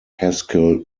haskell